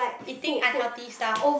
eating unhealthy stuff